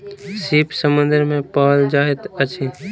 सीप समुद्र में पाओल जाइत अछि